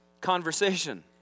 conversation